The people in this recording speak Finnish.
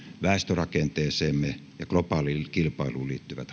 väestörakenteeseemme ja globaaliin kilpailuun liittyvät haasteet